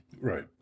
Right